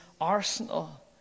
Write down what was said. arsenal